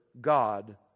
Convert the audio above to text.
God